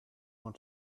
want